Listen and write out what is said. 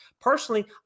Personally